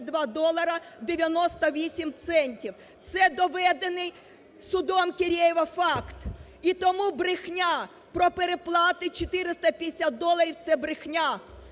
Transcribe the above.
Це доведений судом Кірєєва факт! І тому брехня, про переплати 450 доларів – це брехня.